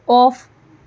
off